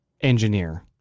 engineer